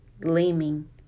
gleaming